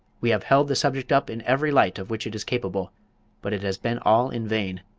we have held the subject up in every light of which it is capable but it has been all in vain.